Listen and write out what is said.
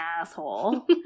asshole